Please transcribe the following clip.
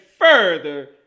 further